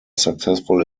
successful